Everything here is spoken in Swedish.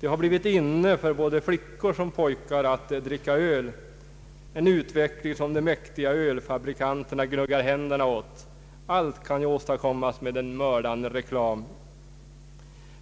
Det har blivit inne för både flickor och pojkar att dricka öl — en utveckling som de mäktiga ölfabrikanterna gnuggar sig i händerna åt. Allt kan ju åstadkommas med en mördande reklam.